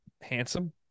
handsome